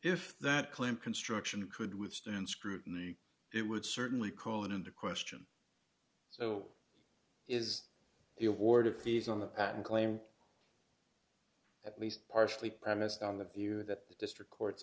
if that claim construction could withstand scrutiny it would certainly call into question so is the award of fees on the patent claim at least partially premised on the view that the district court